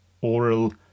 oral